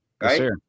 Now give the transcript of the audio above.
right